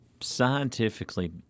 scientifically